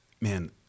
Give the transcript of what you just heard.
man